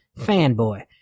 fanboy